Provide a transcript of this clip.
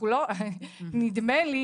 נדמה לי